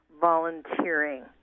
volunteering